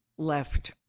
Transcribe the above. left